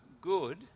good